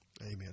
amen